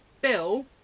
bill